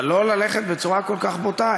אבל לא ללכת בצורה כל כך בוטה.